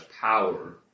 power